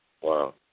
wow